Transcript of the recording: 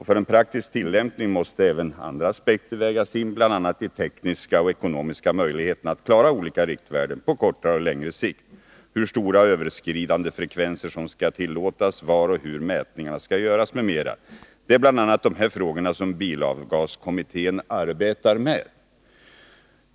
För den praktiska tillämpningen måste även andra aspekter vägas in, t.ex. de tekniska och ekonomiska möjligheterna att klara olika riktvärden på kortare och på längre sikt, var och hur mätningarna skall göras, m.m. Det är bl.a. sådana frågor som bilavgaskommittén arbetar med.